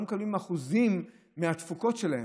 לא מקבלים אחוזים מהתפוקות שלהם.